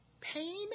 pain